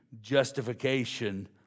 justification